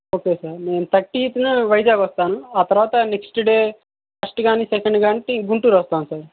okay sir నేను thirtieth న వైజాగ్ వస్తాను ఆ తర్వాత నెక్స్ట్ డే ఫస్ట్ కానీ సెకండ్ కానీ గుంటూరు వస్తాను సార్